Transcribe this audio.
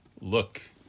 look